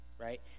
right